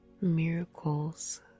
Miracles